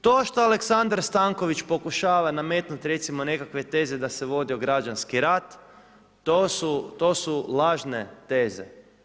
To što Aleksandar Stanković pokušava nametnuti recimo nekakve teze da se vodio građanski rat, to su lažne teze.